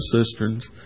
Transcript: cisterns